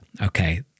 okay